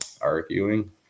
arguing